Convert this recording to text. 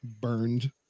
burned